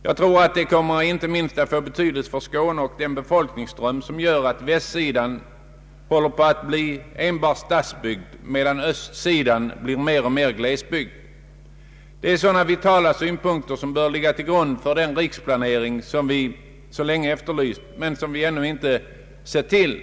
Jag tror att detta inte minst får betydelse för Skåne och den befolkningsström som gör att västsidan där håller på att bli stadsbebyggelse medan östsidan mer och mer blir glesbygd. Det är sådana vitala synpunkter som bör ligga till grund för den riksplanering som vi så länge efterlyst men som ännu ingen sett till.